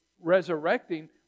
resurrecting